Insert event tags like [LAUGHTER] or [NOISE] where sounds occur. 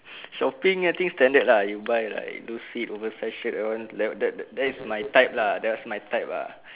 shopping I think standard lah you buy like those oversize shirt that one [NOISE] that is my type lah that is my type ah